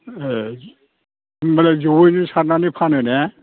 ए होनबालाय जयैनो सारनानै फानो ने